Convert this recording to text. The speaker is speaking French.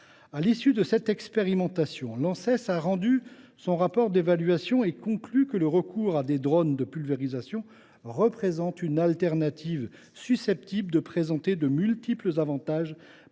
À l’issue de cette expérimentation, l’Anses a rendu un rapport d’évaluation et conclu que le recours à des drones de pulvérisation représente une « alternative pouvant présenter de multiples avantages